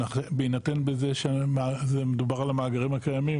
בהינתן בזה שמדובר על המאגרים הקיימים